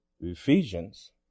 Ephesians